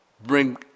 bring